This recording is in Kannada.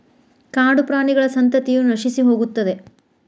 ಕಾಡುಪ್ರಾಣಿಗಳ ಸಂತತಿಯ ನಶಿಸಿಹೋಗುತ್ತದೆ